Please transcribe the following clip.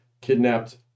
kidnapped